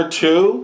two